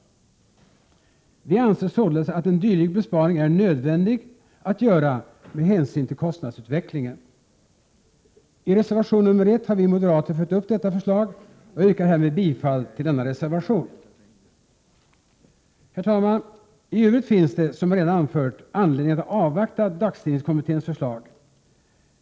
1987/88:118 Vi anser således att en dylik besparing är nödvändig att göra med hänsyn till kostnadsutvecklingen. I reservation nr 1 har vi moderater följt upp detta förslag, och jag yrkar härmed bifall till denna reservation samt till reservation 4. Herr talman! I övrigt finns det, som jag redan anfört, anledning att avvakta dagstidningskommitténs förslag.